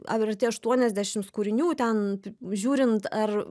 ar arti aštuoniasdešimt kūrinių ten žiūrint ar